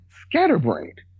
scatterbrained